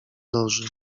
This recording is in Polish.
loży